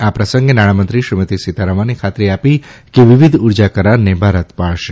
આ પ્રસંગે નાણામંત્રી સીતારમણે ખાતરી આપી કે વિવિધ ઉર્જા કરારને ભારત પાળશે